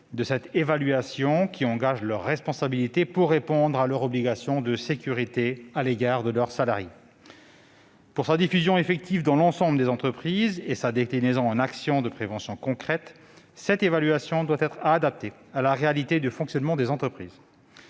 de cette évaluation, qui engage leur responsabilité, pour répondre à leur obligation de sécurité à l'égard de leurs salariés. Pour sa diffusion effective dans l'ensemble des entreprises et sa déclinaison en actions de prévention concrètes, cette évaluation doit être adaptée à la réalité du fonctionnement des entreprises.